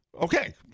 okay